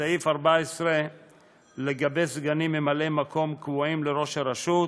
סעיף 14 לגבי סגנים ממלאי-מקום קבועים לראש הרשות,